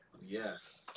Yes